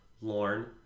lorne